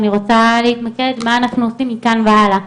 אני רוצה להתמקד במה אנחנו עושים מכאן והלאה,